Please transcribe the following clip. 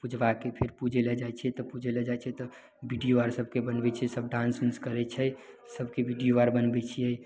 पुजबाके फिर पूजय लए जाइ छियै तब पूजय लए जाइ छियै तऽ वीडियो आर सबके बनबय छिय डाँस उन्स करय छै सबके वीडियो आर बनबय छियै